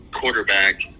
quarterback